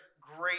great